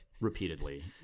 repeatedly